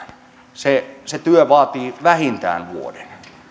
se se työ vaatii vähintään vuoden